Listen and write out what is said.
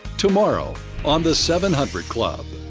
tomorrow on the seven hundred club.